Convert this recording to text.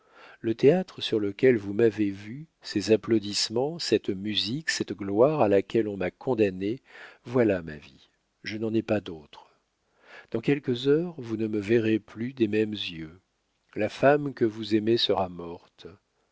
le théâtre sur lequel vous m'avez vue ces applaudissements cette musique cette gloire à laquelle on m'a condamnée voilà ma vie je n'en ai pas d'autre dans quelques heures vous ne me verrez plus des mêmes yeux la femme que vous aimez sera morte